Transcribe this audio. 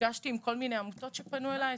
נפגשתי עם כל מיני עמותות שפנו אלי.